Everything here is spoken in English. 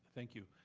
thank you.